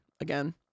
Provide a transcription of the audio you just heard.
again